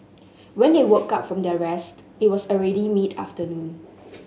when they woke up from their rest it was already mid afternoon